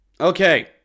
Okay